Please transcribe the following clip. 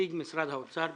נציג משרד האוצר,